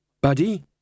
Buddy